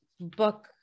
book